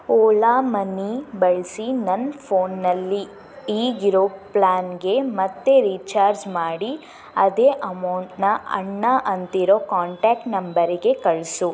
Ola money ಬಳಸಿ ನನ್ನ ಫೋನ್ನಲ್ಲಿ ಈಗಿರೊ ಪ್ಲಾನ್ಗೆ ಮತ್ತೆ ರೀಚಾರ್ಜ್ ಮಾಡಿ ಅದೇ ಅಮೌಂಟ್ನ ಅಣ್ಣ ಅಂತಿರೊ ಕಾಂಟ್ಯಾಕ್ಟ್ ನಂಬರ್ಗೆ ಕಳಿಸು